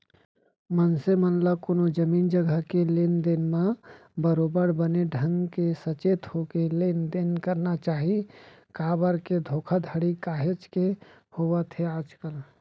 मनसे मन ल कोनो जमीन जघा के लेन देन म बरोबर बने ढंग के सचेत होके लेन देन करना चाही काबर के धोखाघड़ी काहेच के होवत हे आजकल